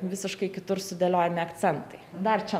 visiškai kitur sudėliojami akcentai dar čia